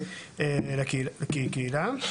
כקהילה,